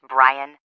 Brian